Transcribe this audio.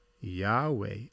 Yahweh